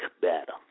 better